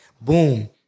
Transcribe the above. Boom